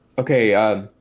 Okay